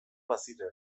baziren